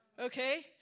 Okay